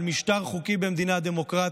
על משטר חוקי במדינה דמוקרטית.